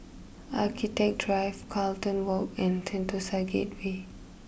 Architecture Drive Carlton walk and Sentosa Gateway